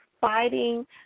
fighting